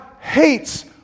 hates